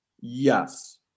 yes